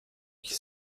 qui